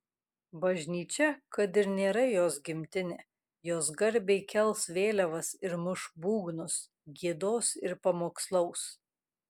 bažnyčia kad ir nėra jos gimtinė jos garbei kels vėliavas ir muš būgnus giedos ir pamokslaus